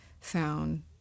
found